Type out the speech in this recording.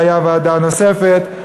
והייתה ועדה נוספת,